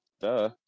Duh